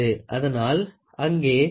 அதனால் அங்கே பிழையாக 0